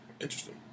Interesting